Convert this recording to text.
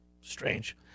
Strange